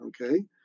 Okay